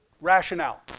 rationale